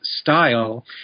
style